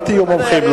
אל תהיו מומחים,